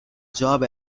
job